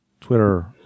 Twitter